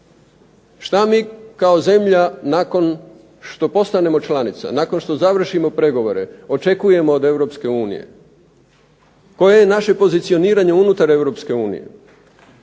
šta mi kao zemlja nakon što postanemo članica, nakon što završimo pregovore očekujemo od Europske unije. Koje je naše pozicioniranje unutar